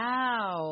Wow